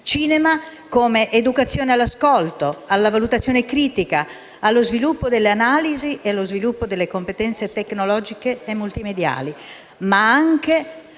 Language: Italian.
cinema come educazione all'ascolto, alla valutazione critica, allo sviluppo dell'analisi e di competenze tecnologiche multimediali, ma anche